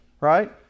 right